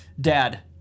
Dad